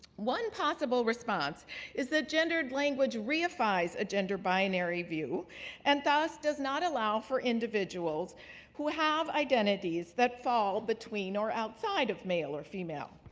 one possible response is that gendered language reifies a gender binary view and thus does not allow for individuals who have identities that fall between or outside of male or female.